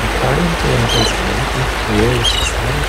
nušalintajam prezidentui įėjus į salę